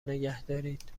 نگهدارید